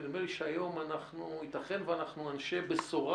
ונדמה לי שהיום ייתכן ואנחנו אנשי בשורה